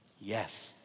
Yes